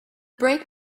brake